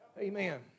Amen